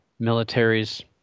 militaries